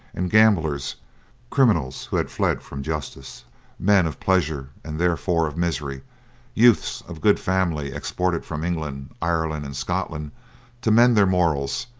and gamblers criminals who had fled from justice men of pleasure and, therefore, of misery youths of good family exported from england, ireland, and scotland to mend their morals,